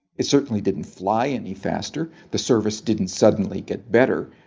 it certainly didn't fly any faster, the service didn't suddenly get better,